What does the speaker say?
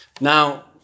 now